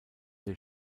der